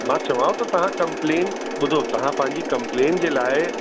मां चवांव थो तव्हां कंप्लेन ॿुधो तव्हां पंहिंजी कंप्लेन जे लाइ